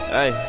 Hey